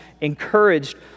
encouraged